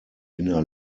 inner